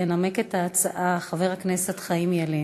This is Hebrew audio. ינמק את ההצעה חבר הכנסת חיים ילין.